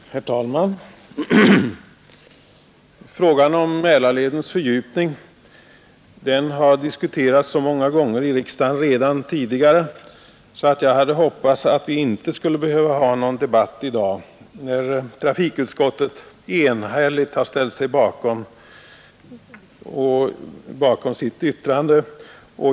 Herr talman! Frågan om Mälarledens fördjupning har diskuterats så många gånger i riksdagen redan tidigare att jag hade hoppats att vi inte skulle behöva ha någon debatt i dag, när trafikutskottet enhälligt ställt sig bakom sitt yttrande.